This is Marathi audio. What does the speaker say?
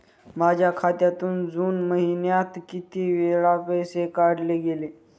माझ्या खात्यातून जून महिन्यात किती वेळा पैसे काढले गेले?